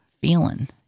feeling